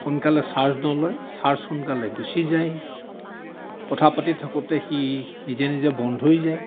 সোনকালে চাৰ্জ নলয় চাৰ্জ সোনকালে গুচি যায় কথাপাতি থাকোঁতে সি নিজে নিজে বন্ধ হৈ যায়